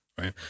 right